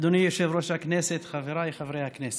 אדוני יושב-ראש הכנסת, חבריי חברי הכנסת,